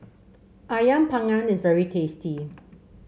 ayam Panggang is very tasty